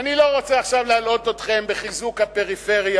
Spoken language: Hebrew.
אני לא רוצה עכשיו להלאות אתכם בחיזוק הפריפריה.